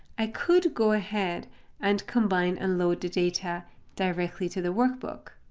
i could go ahead and combine and load the data directly to the workbook,